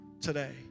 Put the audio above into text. today